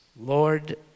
Lord